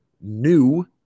new